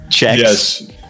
Yes